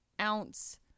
ounce